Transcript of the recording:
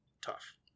tough